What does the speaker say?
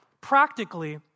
practically